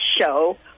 show